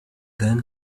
then